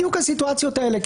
בדיוק הסיטואציות האלה.